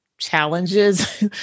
challenges